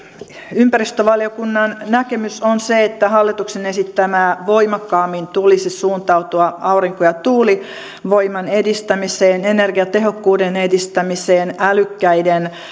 ympäristövaliokunnan näkemys on se että hallituksen esittämää voimakkaammin tulisi suuntautua aurinko ja tuulivoiman edistämiseen energiatehokkuuden edistämiseen älykkäiden